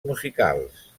musicals